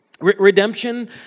Redemption